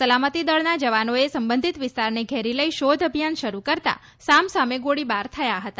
સલામતી દળના જવાનોએ સંબંધીત વિસ્તારને ઘેરી લઈ શોધ અભિયાન શરૂ કરતા સામ સામે ગોળીબાર થયા હતા